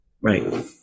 Right